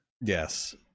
Yes